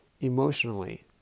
emotionally